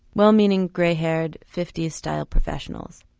well meaning, grey haired, fifty s style professionals.